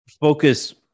focus